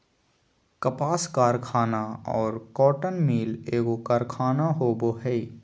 कपास कारखाना और कॉटन मिल एगो कारखाना होबो हइ